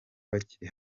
bakiri